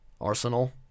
Arsenal